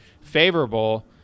favorable